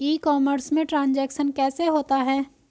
ई commerce में transaction कैसे होता है?